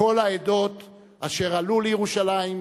כל העדות אשר עלו לירושלים,